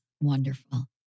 Wonderful